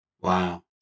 Wow